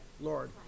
Lord